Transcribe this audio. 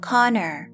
Connor